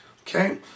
okay